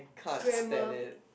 can't stand it